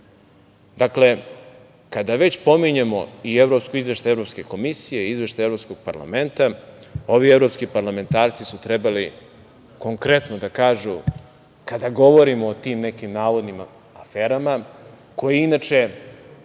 kada već pominjemo Izveštaj Evropske komisije i Izveštaj Evropskog parlamenta, ovi evropski parlamentarci su trebali konkretno da kažu, kada govorimo o tim nekim navodnim aferama koje inače